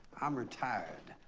i'm retired.